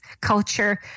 culture